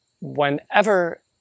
whenever